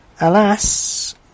Alas